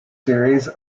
series